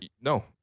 no